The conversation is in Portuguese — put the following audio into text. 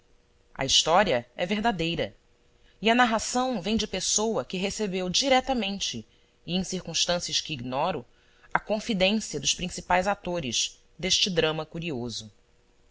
a história é verdadeira e a narração vem de pessoa que recebeu diretamente e em circunstâncias que ignoro a confidência dos principais atores deste drama curioso